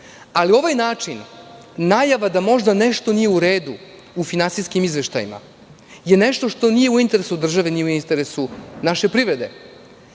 ali ovaj način – najava da možda nešto nije u redu u finansijskim izveštajima, to je nešto što nije u interesu države, nije u interesu naše privrede.